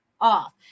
off